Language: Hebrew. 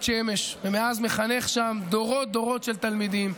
שמש ומאז מחנך שם דורות-דורות של תלמידים.